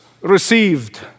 received